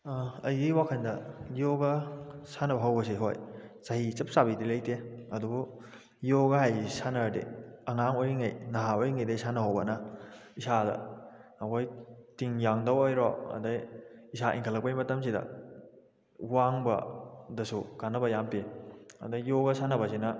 ꯑꯩꯒꯤ ꯋꯥꯈꯜꯗ ꯌꯣꯒꯥ ꯁꯥꯟꯅꯕ ꯍꯧꯕꯁꯤ ꯍꯣꯏ ꯆꯍꯤ ꯆꯞ ꯆꯥꯕꯤꯗꯤ ꯂꯩꯇꯦ ꯑꯗꯨꯕꯨ ꯌꯣꯒꯥ ꯍꯥꯏꯁꯤ ꯁꯥꯟꯅꯔꯗꯤ ꯑꯉꯥꯡ ꯑꯣꯏꯔꯤꯉꯩ ꯅꯍꯥ ꯑꯣꯏꯔꯤꯉꯩꯗꯒꯤ ꯁꯥꯟꯅ ꯍꯧꯕꯅ ꯏꯁꯥꯗ ꯑꯩꯈꯣꯏ ꯇꯤꯡ ꯌꯥꯡꯗ ꯑꯣꯏꯔꯣ ꯑꯗꯩ ꯏꯁꯥ ꯏꯟꯈꯠꯂꯛꯄꯩ ꯃꯇꯝꯁꯤꯗ ꯋꯥꯡꯕꯗꯁꯨ ꯀꯥꯟꯅꯕ ꯌꯥꯝ ꯄꯤ ꯑꯗꯩ ꯌꯣꯒꯥ ꯁꯥꯟꯅꯕꯁꯤꯅ